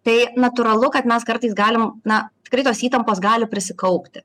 tai natūralu kad mes kartais galim na tikrai tos įtampos gali prisikaupti